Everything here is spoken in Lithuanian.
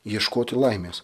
ieškoti laimės